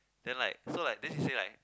then like so like then she say like